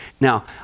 Now